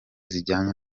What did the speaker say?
zijyanye